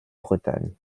bretagne